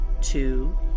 two